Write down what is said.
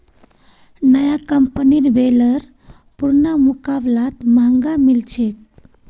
नया कंपनीर बेलर पुरना मुकाबलात महंगा मिल छेक